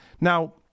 Now